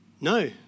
No